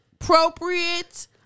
appropriate